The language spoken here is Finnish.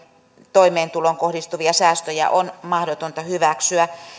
toimeentuloon kohdistuvia säästöjä on mahdotonta hyväksyä